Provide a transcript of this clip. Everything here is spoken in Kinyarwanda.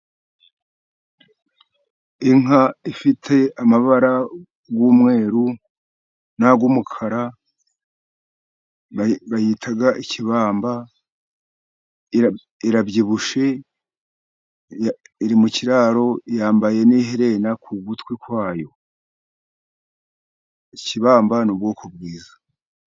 Inka ifite amabara y'umweru n'ay'umukara bayita ikibamba. Irabyibushye, iri mu kiraro, yambaye n' iherena ku gutwi kwayo. Ikibamba ni ubwoko bwiza.